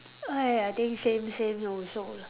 !aiya! I think same same also lah